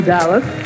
Dallas